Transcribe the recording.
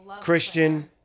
Christian